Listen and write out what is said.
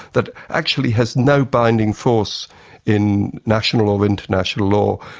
that actually has no binding force in national or international law,